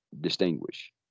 distinguish